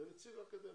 ונציג האקדמיה.